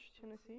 Tennessee